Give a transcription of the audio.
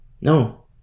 No